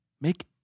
Make